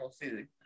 food